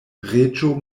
reĝo